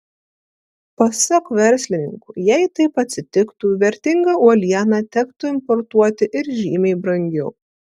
pasak verslininkų jei taip atsitiktų vertingą uolieną tektų importuoti ir žymiai brangiau